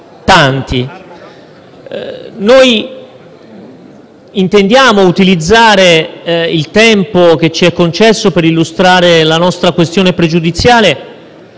tanti. Noi intendiamo utilizzare il tempo che ci è concesso per l'illustrazione della nostra questione pregiudiziale